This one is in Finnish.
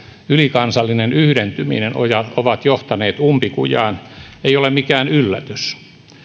ylikansallinen yhdentyminen ovat johtaneet umpikujaan ei ole mikään yllätys